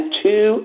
two